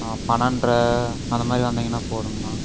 பன்னெண்ட்ரை அந்த மாதிரி வந்திங்கனால் போதுங்ணா